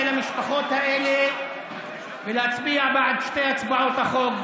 למשפחות האלה ולהצביע בעד שתי הצעות החוק,